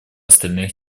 остальных